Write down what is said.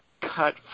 cut